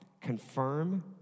Confirm